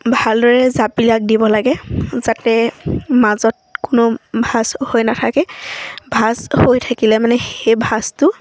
ভালদৰে জাপবিলাক দিব লাগে যাতে মাজত কোনো ভাঁজ হৈ নাথাকে ভাঁজ হৈ থাকিলে মানে সেই ভাঁজটো